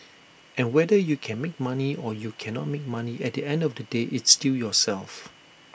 and whether you can make money or you cannot make money at the end of the day it's still yourself